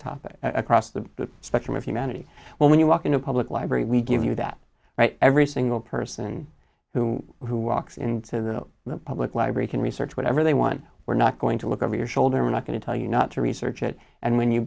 top across the spectrum of humanity when you walk into a public library we give you that right every single person who who walks into the public library can research whatever they want we're not going to look over your shoulder we're not going to tell you not to research it and when you